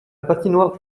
patinoire